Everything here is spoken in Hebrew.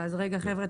אז רגע חבר'ה,